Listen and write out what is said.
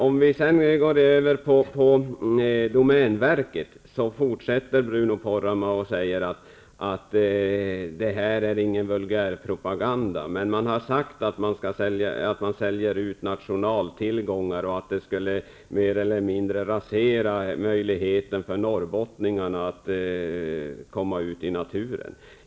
Om vi sedan går över till att tala om domänverket, hör vi Bruno Poromaa fortsätta att säga att det inte är fråga om någon vulgärpropaganda. Men man har sagt att det är nationaltillgångar som säljs ut och att det mer eller mindre skulle rasera möjligheten för norrbottningarna att komma ut i naturen.